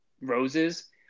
roses